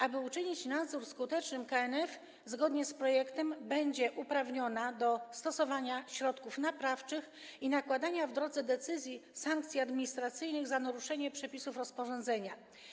Aby uczynić nadzór skutecznym, KNF zgodnie z projektem będzie uprawniona do stosowania środków naprawczych i nakładania, w drodze decyzji, sankcji administracyjnych za naruszenie przepisów rozporządzenia.